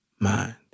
mind